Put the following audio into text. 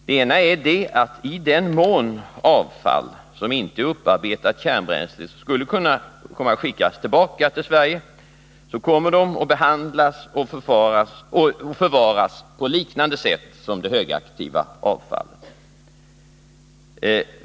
Den ena är att i den mån avfall som inte är upparbetat kärnbränsle skulle kunna komma att skickas tillbaka till Sverige, så kommer det att behandlas och förvaras på liknande sätt som det högaktiva avfallet.